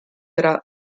era